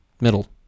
middle